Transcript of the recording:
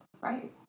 right